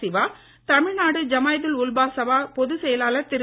சிவா தமிழ்நாடு ஜமாய்துல் உல்மா சபா பொதுச் செயலாளர் திரு